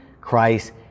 christ